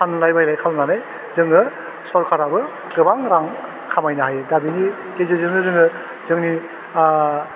फानलाइ बायलाइ खालामनानै जोङो सरकाराबो गोबां रां खामायनो हायो दा बिनि गेजेरजोंनो जोङो जोंनि आह